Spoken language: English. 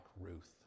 Ruth